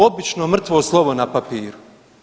Obično mrtvo slovo na papiru.